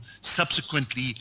subsequently